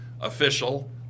official